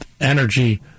energy